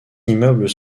immeubles